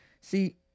see